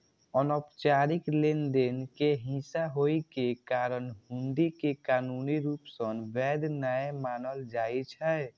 अनौपचारिक लेनदेन के हिस्सा होइ के कारण हुंडी कें कानूनी रूप सं वैध नै मानल जाइ छै